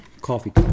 coffee